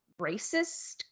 racist